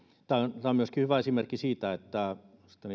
on myöskin hyvä esimerkki siitä että